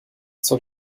zur